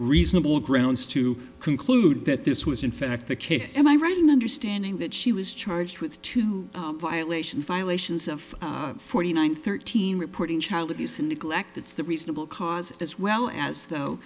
reasonable grounds to conclude that this was in fact the case and i read an understanding that she was charged with two violations violations of forty one thirteen reporting child abuse and neglect that's the reasonable cause as well as though